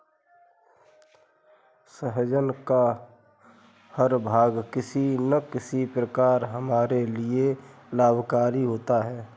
सहजन का हर भाग किसी न किसी प्रकार हमारे लिए लाभकारी होता है